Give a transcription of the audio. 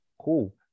cool